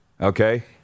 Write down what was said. Okay